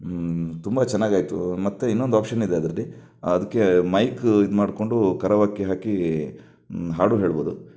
ತುಂಬ ಚೆನ್ನಾಗಾಯಿತು ಮತ್ತು ಇನ್ನೊಂದು ಆಪ್ಷನ್ ಇದೆ ಅದರಲ್ಲಿ ಅದಕ್ಕೆ ಮೈಕ್ ಇದು ಮಾಡಿಕೊಂಡು ಕರವಕ್ಕೆ ಹಾಕಿ ಹಾಡೂ ಹೇಳ್ಬೌದು